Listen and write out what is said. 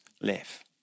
live